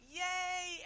yay